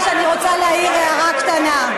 היושב-ראש, אני רוצה להעיר הערה קטנה.